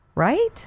Right